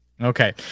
Okay